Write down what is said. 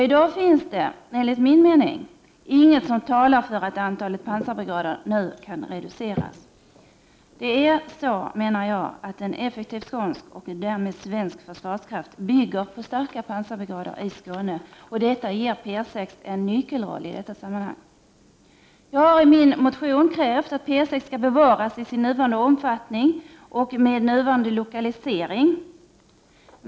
I dag finns det enligt min mening inget som talar för att antalet pansarbrigader nu kan reduceras. Det är så, menar jag, att en effektiv skånsk och därmed svensk försvarskraft bygger på starka pansarbrigader i Skåne, och det ger P 6 en nyckelroll i detta sammanhang. Jag har i min motion krävt att P 6 skall bevaras i sin nuvarande omfattning och med nuvarande lokalisering.